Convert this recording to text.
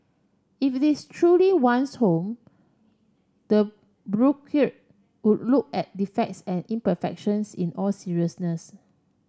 if it's truly one's home the would look at defects and imperfections in all seriousness